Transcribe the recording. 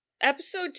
Episode